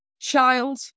child